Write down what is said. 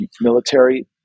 military